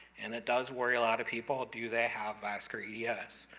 and it does worry a lot of people. do they have vascular yeah eds?